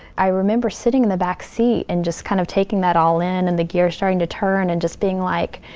i remember sitting in the back seat and just kind of taking that all in and the gears starting to turn and just being like,